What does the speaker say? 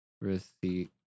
Receipt